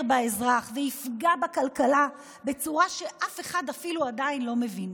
באזרח ויפגע בכלכלה בצורה שאף אחד עדיין לא מבין,